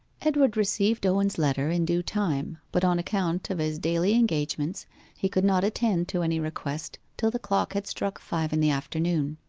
edward received owen's letter in due time, but on account of his daily engagements he could not attend to any request till the clock had struck five in the afternoon.